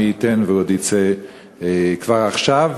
מי ייתן והוא עוד יצא כבר עכשיו,